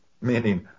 meaning